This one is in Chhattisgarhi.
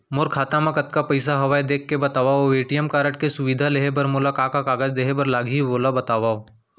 मोर खाता मा कतका पइसा हवये देख के बतावव अऊ ए.टी.एम कारड के सुविधा लेहे बर मोला का का कागज देहे बर लागही ओला बतावव?